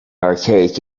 archaic